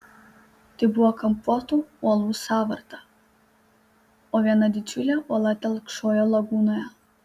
tai buvo kampuotų uolų sąvarta o viena didžiulė uola telkšojo lagūnoje